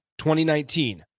2019